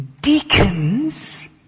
deacons